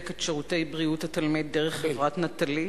את שירותי בריאות התלמיד דרך חברת "נטלי",